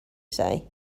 say